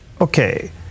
okay